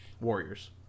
Warriors